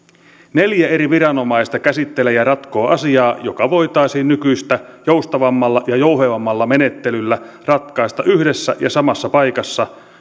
neljä eri viranomaista käsittelee ja ratkoo asiaa joka voitaisiin nykyistä joustavammalla ja jouhevammalla menettelyllä ratkaista yhdessä ja samassa paikassa